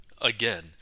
again